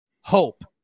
Hope